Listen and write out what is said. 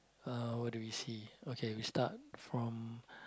uh what do we see okay we start from